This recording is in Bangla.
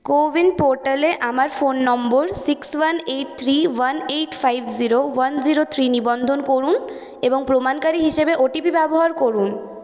কোউইন পোর্টালে আমার phone number six one eight three one eight five zero one zero three নিবন্ধন করুন এবং প্রমাণকারী হিসেবে ও টি পি ব্যবহার করুন